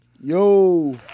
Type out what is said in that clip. Yo